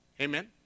Amen